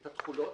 את התכולות,